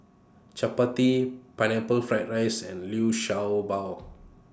Chappati Pineapple Fried Rice and Liu Sha Bao